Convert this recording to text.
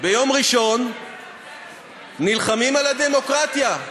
ביום ראשון נלחמים על הדמוקרטיה,